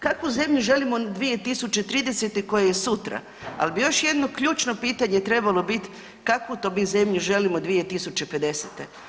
Kakvu zemlju želimo 2030. koja je sutra, ali bi još jedno ključno pitanje trebalo biti kakvu to mi zemlju želimo 2050.